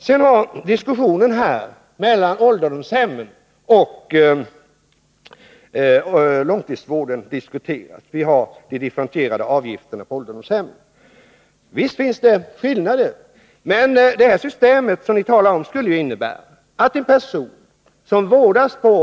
Det har varit en diskussion om ålderdomshemmen och långtidsvården. Vi har de differentierade avgifterna på ålderdomshemmen. Och visst finns det skillnader. Det är inte alla som bor i servicehus och kan klara sig själva i stor utsträckning.